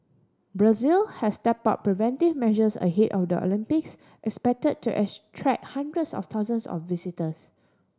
Brazil has step up preventive measures ahead of the Olympics expect to attract hundreds of thousands of visitors